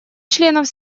членов